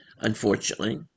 unfortunately